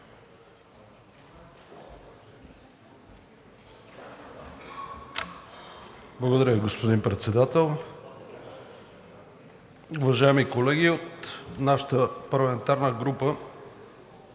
Благодаря Ви, господин Председател. Уважаеми колеги, от нашата парламентарна група